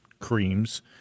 creams